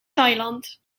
thailand